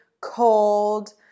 cold